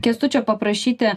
kęstučio paprašyti